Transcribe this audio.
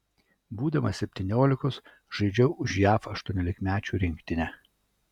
būdamas septyniolikos žaidžiau už jav aštuoniolikmečių rinktinę